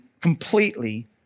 completely